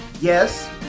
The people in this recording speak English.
Yes